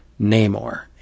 namor